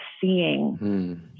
seeing